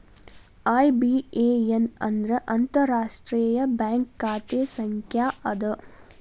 IBAN ಅಂದ್ರ ಅಂತಾರಾಷ್ಟ್ರೇಯ bank ಖಾತೆ ಸಂಖ್ಯಾ ಅದ